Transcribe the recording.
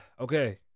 Okay